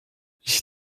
ich